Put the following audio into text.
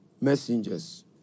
messengers